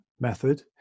method